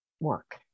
work